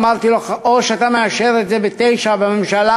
אמרתי לו: או שאתה מאשר את זה ב-09:00 בממשלה,